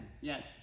Yes